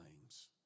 names